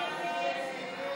הרצוג,